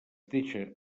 deixa